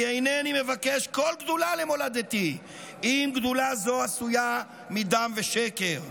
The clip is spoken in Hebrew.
כי אינני מבקש כל גדולה למולדתי אם גדולה זו עשויה מדם ושקר.